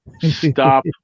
Stop